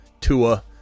Tua